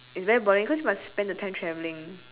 it's very boring cause you must spend the time travelling